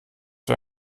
für